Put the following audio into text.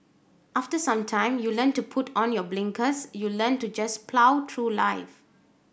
after some time you learn to put on your blinkers you learn to just plough through life